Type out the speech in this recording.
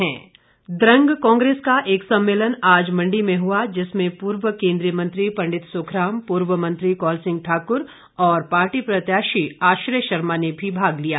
मंडी कांग्रेस द्रंग कांग्रेस का एक सम्मेलन आज मंडी में हुआ जिसमें पूर्व केंद्रीय मंत्री पंडीत सुखराम पूर्व मंत्री कौल सिंह ठाकुर और पार्टी प्रत्याशी आश्रय शर्मा ने भी भाग लिया